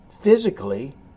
physically